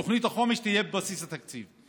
שתוכנית החומש תהיה בבסיס התקציב.